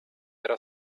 era